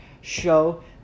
show